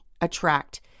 attract